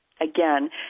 again